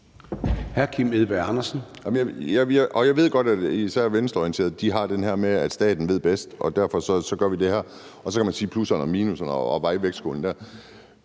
Jeg ved godt, at især venstreorienterede har det her med, at staten ved bedst, og at derfor gør vi det her, og så kan man tage plusserne og minusserne og veje det